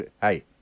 hey